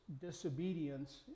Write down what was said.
disobedience